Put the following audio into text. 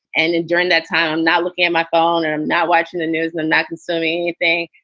and and during that time, i'm not looking at my phone or i'm not watching the news and and not consuming anything.